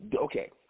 okay